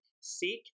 Seek